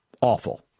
awful